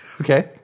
Okay